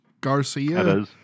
Garcia